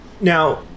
Now